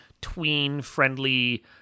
tween-friendly